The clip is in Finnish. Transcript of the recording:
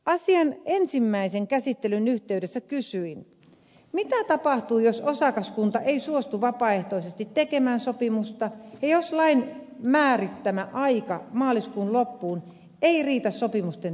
asian ensimmäisen käsittelyn yhteydessä kysyin mitä tapahtuu jos osakaskunta ei suostu vapaaehtoisesti tekemään sopimusta ja jos lain määrittämä aika maaliskuun loppuun ei riitä sopimusten tekemiseen